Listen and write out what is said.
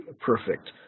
perfect